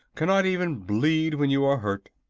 cannot even bleed when you are hurt.